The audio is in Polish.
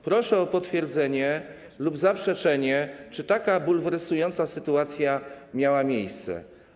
Proszę o potwierdzenie tego lub zaprzeczenie temu, że taka bulwersująca sytuacja miała miejsce.